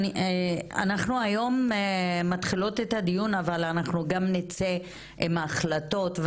אנחנו היום מתחילות את הדיון אבל אנחנו גם נצא עם החלטות,